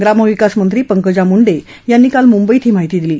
ग्रामविकास मंत्री पंकजा मुंडे यांनी काल मुंबईत ही माहिती दिली